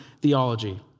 theology